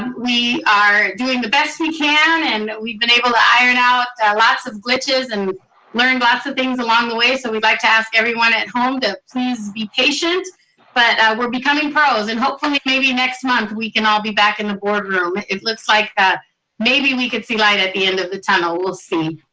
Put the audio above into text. we are doing the best we can and we've been able to iron out lots of glitches and learned lots of things along the way so we'd like to ask everyone at home to please be patient but we're becoming pros and hopefully maybe next month, we can all be back in the board room. it looks like that maybe we can see light at the end of the tunnel, we'll see.